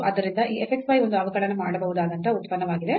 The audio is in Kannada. ಆದ್ದರಿಂದ ಈ f x y ಒಂದು ಅವಕಲನ ಮಾಡಬಹುದಾದಂತಹ ಉತ್ಪನ್ನವಾಗಿದೆ